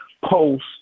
post